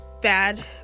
bad